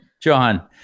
John